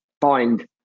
find